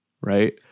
right